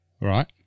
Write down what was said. right